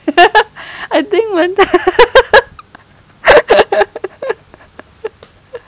I think one